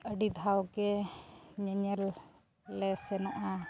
ᱟᱹᱰᱤ ᱫᱷᱟᱣ ᱜᱮ ᱧᱮᱧᱮᱞ ᱞᱮ ᱥᱮᱱᱚᱜᱼᱟ